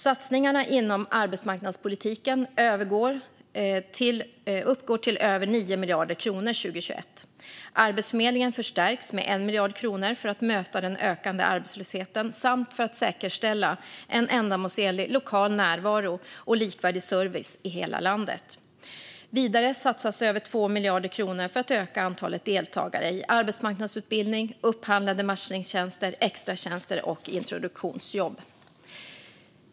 Satsningarna inom arbetsmarknadspolitiken uppgår till över 9 miljarder kronor 2021. Arbetsförmedlingen förstärks med 1 miljard kronor för att möta den ökade arbetslösheten samt för att säkerställa en ändamålsenlig lokal närvaro och likvärdig service i hela landet. Vidare satsas över 2 miljarder kronor för att öka antalet deltagare i arbetsmarknadsutbildning, upphandlade matchningstjänster, extratjänster och introduktionsjobb.